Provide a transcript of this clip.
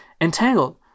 entangled